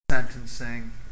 sentencing